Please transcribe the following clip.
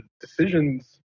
decisions